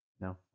no